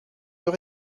veux